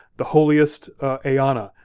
the holiest eanna,